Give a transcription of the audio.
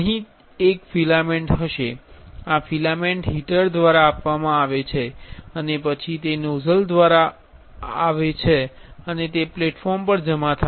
અહીં એક ફિલામેન્ટ હશે આ ફિલામેન્ટ હીટર દ્વારા આપવામાં આવે છે અને પછી તે નોઝલ દ્વારા આવે છે અને તે પ્લેટફોર્મ પર જમા થાય છે